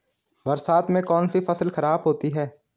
बरसात से कौन सी फसल खराब होती है?